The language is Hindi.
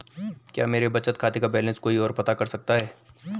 क्या मेरे बचत खाते का बैलेंस कोई ओर पता कर सकता है?